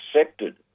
accepted